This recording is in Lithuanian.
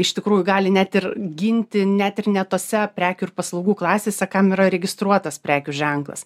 iš tikrųjų gali net ir ginti net ir ne tose prekių ir paslaugų klasėse kam yra registruotas prekių ženklas